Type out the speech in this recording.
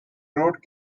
road